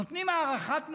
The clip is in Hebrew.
נותנים הארכת מועד,